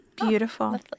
Beautiful